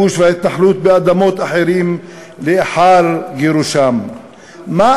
הכיבוש וההתנחלות באדמות אחרים לאחר גירושם מאידך גיסא.